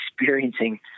experiencing